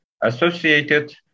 associated